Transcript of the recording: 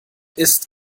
ist